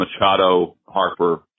Machado-Harper